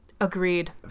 Agreed